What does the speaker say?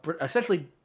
essentially